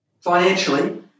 financially